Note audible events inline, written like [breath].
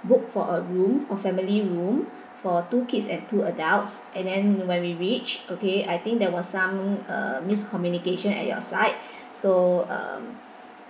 [breath] booked for a room a family room for two kids and two adults and then when we reached okay I think there were some uh miscommunication at your side [breath] so um